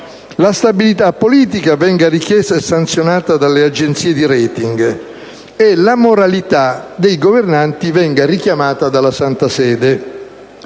la stabilità politica venga richiesta e sanzionata dalle agenzie di *rating* e che la moralità dei governanti venga richiamata dalla Santa Sede.